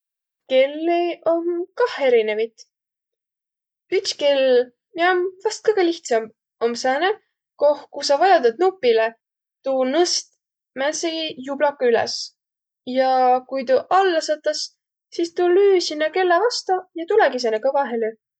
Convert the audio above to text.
Kelli om kah erinevit. Üts kell, miä om vast kõgõ lihtsamb, om sääne, koh ku sa vajotat nupilõ, tuu nõst määntsegiq jublaga üles ja kui tuu alla satas, sis tuu lüü sinnäq kellä vasta ja tulõgi sääne kõva helü.